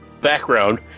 background